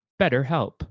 BetterHelp